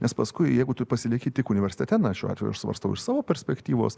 nes paskui jeigu tu pasilieki tik universitete na šiuo atveju aš svarstau iš savo perspektyvos